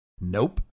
Nope